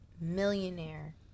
millionaire